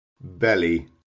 Belly